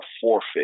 forfeit